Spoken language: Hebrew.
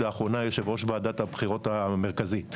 לאחרונה יושב ראש ועדת הבחירות המרכזית,